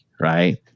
right